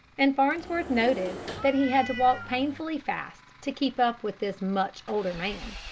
and farnsworth noted that he had to walk painfully fast to keep up with this much older man.